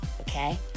okay